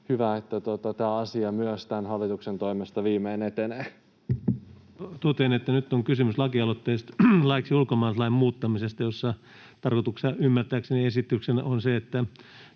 hyvä, että myös tämä asia tämän hallituksen toimesta viimein etenee. Totean, että nyt on kysymys lakialoitteesta laiksi ulkomaalaislain muuttamisesta, jossa ymmärtääkseni esityksenä on se, että